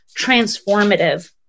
transformative